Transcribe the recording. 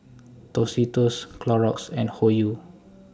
Tostitos Clorox and Hoyu